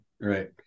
right